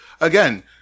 again